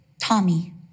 Tommy